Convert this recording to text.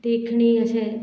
देखणी अशें